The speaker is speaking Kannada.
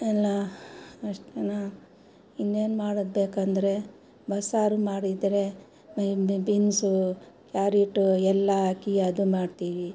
ಇನ್ನು ಅಷ್ಟು ಇನ್ನೇನು ಮಾಡೋದ್ಬೇಕಂದರೆ ಬಸ್ಸಾರು ಮಾಡಿದ್ರೆ ಹಿಂಗೆ ಬೀನ್ಸು ಕ್ಯಾರೆಟು ಎಲ್ಲ ಹಾಕಿ ಅದು ಮಾಡ್ತೀವಿ